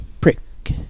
prick